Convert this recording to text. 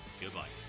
Goodbye